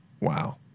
Wow